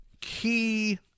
key